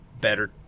better